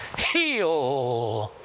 heal!